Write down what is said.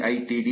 edu